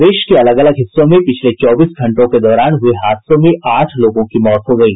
प्रदेश के अलग अलग हिस्सों में पिछले चौबीस घंटों के दौरान हुए हादसों में आठ लोगों की मौत हो गयी